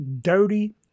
dirty